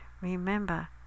remember